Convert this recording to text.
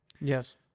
Yes